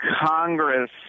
Congress